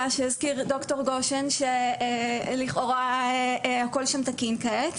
שהזכיר דוקטור גושן שלכאורה הכל שם תקין כעת.